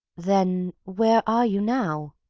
then, where are you now?